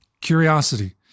curiosity